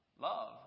love